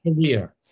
career